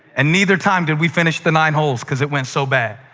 and neither time did we finish the nine holes because it went so badly.